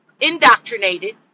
indoctrinated